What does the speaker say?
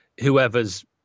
whoever's